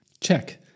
Check